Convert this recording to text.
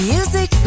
Music